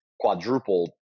quadrupled